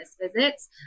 visits